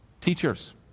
teachers